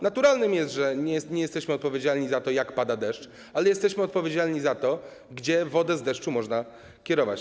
Naturalne jest, że nie jesteśmy odpowiedzialni za to, jak pada deszcz, ale jesteśmy odpowiedzialni za to, gdzie wodę z deszczu można kierować.